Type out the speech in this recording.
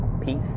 peace